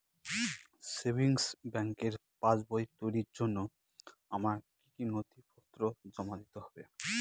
Savings ব্যাংকের পাসবই তৈরির জন্য আমার কি কি নথিপত্র জমা দিতে হবে?